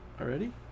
Already